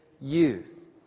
youth